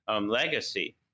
legacy